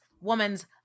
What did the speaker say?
woman's